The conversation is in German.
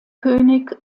könig